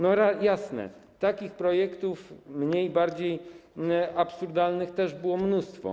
No jasne, takich projektów, mniej lub bardziej absurdalnych, też było mnóstwo.